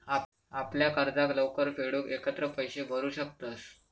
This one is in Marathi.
आपल्या कर्जाक लवकर फेडूक एकत्र पैशे भरू शकतंस